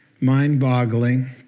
Mind-boggling